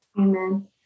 Amen